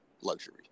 luxury